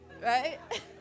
right